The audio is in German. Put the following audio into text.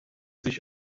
sich